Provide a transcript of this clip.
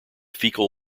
fecal